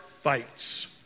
fights